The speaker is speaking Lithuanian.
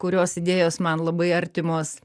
kurios idėjos man labai artimos